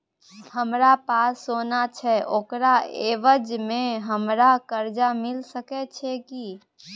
हमरा पास सोना छै ओकरा एवज में हमरा कर्जा मिल सके छै की?